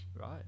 Right